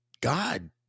God